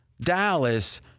Dallas